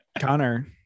Connor